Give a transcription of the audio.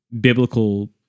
biblical